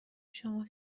شما